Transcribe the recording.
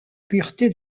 pureté